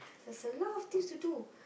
there's a lot of things to do